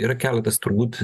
yra keletas turbūt